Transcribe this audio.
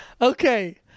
Okay